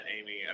Amy